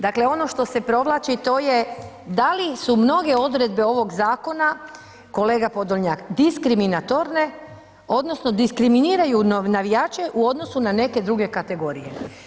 Dakle, ono što se provlači, to je, da li su mnoge odredbe ovog zakona, kolega Podolnjak, diskriminatorne, odnosno diskriminiraju navijače u odnosu na neke druge kategorije.